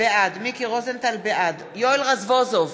בעד יואל רזבוזוב,